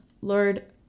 Lord